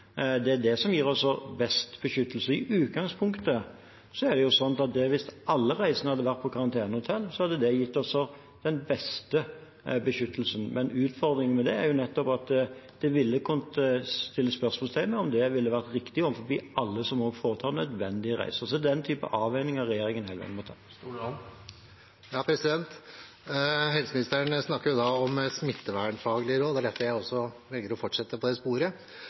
Det er det som gir best beskyttelse. I utgangspunktet er det jo sånn at hvis alle reisende hadde vært på karantenehotell, hadde det gitt den beste beskyttelsen, men utfordringen med det er jo nettopp at en ville kunnet sette spørsmålstegn ved om det ville være riktig overfor alle som må foreta nødvendige reiser. Det er den typen avveininger regjeringen hele veien må gjøre. Helseministeren snakker jo da om smittevernfaglige råd. Det er derfor jeg velger å fortsette på det sporet.